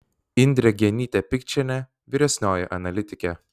indrė genytė pikčienė vyresnioji analitikė